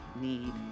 need